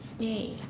ya